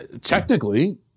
Technically